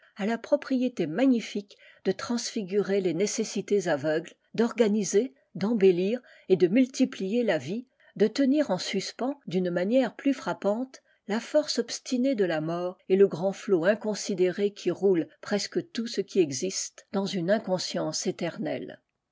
a la propriété magnifique de transfigurer les nécessités aveugles d'organiser d'embellir et de multiplier la vie de tenir en suspens d'une manière plus frappante la force obstinée de la mort et le grand flot inconsidéré qui roule presque tout ce qui existe dans une inconscience éternelle